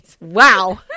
Wow